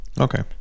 Okay